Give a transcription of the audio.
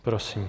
Prosím.